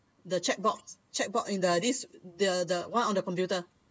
the chat box chat box in the this the the one on the computer